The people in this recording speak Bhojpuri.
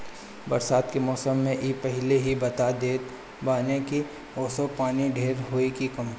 बरसात के मौसम में इ पहिले ही बता देत बाने की असो पानी ढेर होई की कम